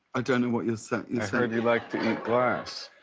i don't know what you're saying. i heard you like to eat glass.